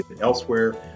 elsewhere